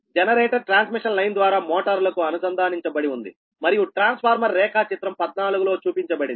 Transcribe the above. generator transmission line ద్వారా మోటారులకు అనుసంధానించబడి ఉంది మరియు ట్రాన్స్ ఫార్మర్ రేఖాచిత్రం 14లో చూపించబడింది